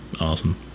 awesome